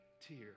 tear